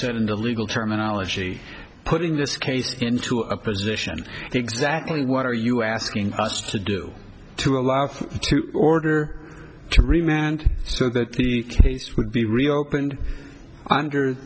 said in the legal terminology putting this case into a position exactly what are you asking us to do to allow you to order to remain and so that the case would be reopened under